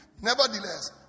Nevertheless